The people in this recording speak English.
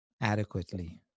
adequately